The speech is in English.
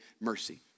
mercy